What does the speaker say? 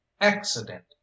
accident